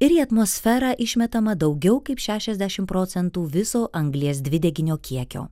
ir į atmosferą išmetama daugiau kaip šešiasdešimt procentų viso anglies dvideginio kiekio